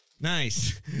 nice